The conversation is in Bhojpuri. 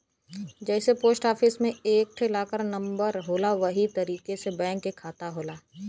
जइसे पोस्ट आफिस मे एक ठे लाकर नम्बर होला वही तरीके से बैंक के खाता होला